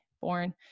born